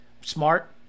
Smart